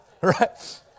right